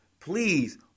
Please